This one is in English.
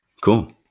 Cool